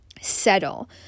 settle